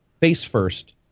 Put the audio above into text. face-first